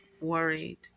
worried